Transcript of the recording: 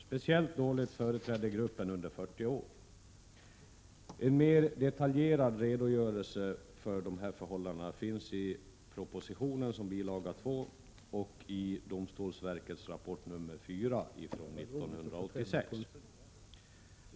Speciellt dåligt företrädd är gruppen personer under 40 år. En mer detaljerad redogörelse för dessa förhållanden finns i propositionen som bil. 2 samt i domstolsverkets rapport. nr 4/1986.